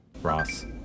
Ross